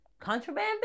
Contraband